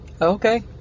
Okay